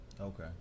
Okay